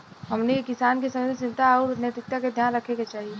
हमनी के किसान के संवेदनशीलता आउर नैतिकता के ध्यान रखे के चाही